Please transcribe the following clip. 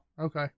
Okay